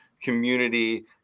community